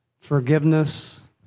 forgiveness